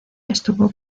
estuvo